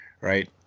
right